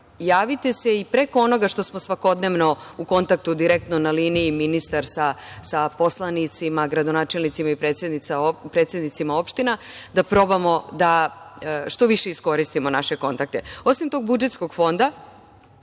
se i preko onoga što smo svakodnevno u kontaktu direktno na liniji ministar sa poslanicima, gradonačelnicima i predsednicima opština, da probamo da što više iskoristimo naše kontakte. Osim tog budžetskog fonda,